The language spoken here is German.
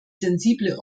sensible